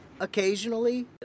occasionally